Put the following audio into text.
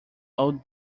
old